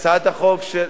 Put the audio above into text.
הצעת החוק של,